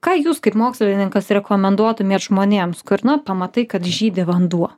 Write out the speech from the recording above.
ką jūs kaip mokslininkas rekomenduotumėt žmonėms kur na pamatai kad žydi vanduo